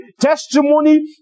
testimony